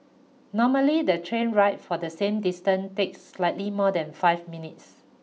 normally the train ride for the same distance takes slightly more than five minutes